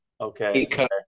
okay